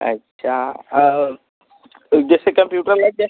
अच्छा और जैसे कंप्यूटर लग जाए